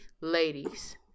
ladies